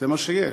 זה מה שיש.